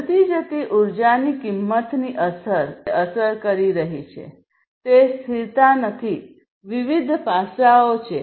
વધતી જતી ઉર્જાની કિંમતની અસર સ્થિરતા અને વિવિધ રીતે તે અસર કરી રહી છે તે સ્થિરતા નથી વિવિધ પાસાઓ છે